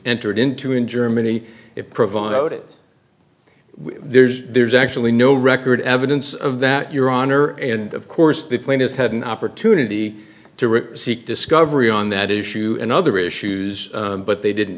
entered into in germany it provided it there's there's actually no record evidence of that your honor and of course the plane has had an opportunity to really seek discovery on that issue and other issues but they didn't